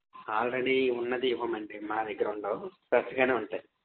already ఉంది ఇవ్వమండి మా దగ్గర ఉండవు ఫ్రెష్గానే ఉంటాయి